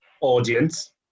audience